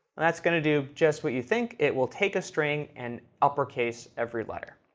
and that's going to do just what you think. it will take a string, and uppercase every letter.